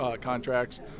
contracts